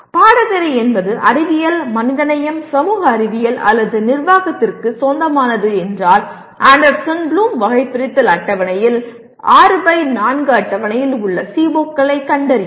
பாடநெறி என்பது அறிவியல் மனிதநேயம் சமூக அறிவியல் அல்லது நிர்வாகத்திற்கு சொந்தமானது என்றால் ஆண்டர்சன் ப்ளூம் வகைபிரித்தல் அட்டவணையில் 6 பை 4 அட்டவணையில் உள்ள CO களைக் கண்டறியவும்